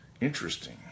Interesting